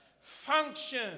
Function